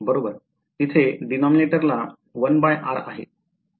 तिथे denominator ला 1r आहे